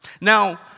now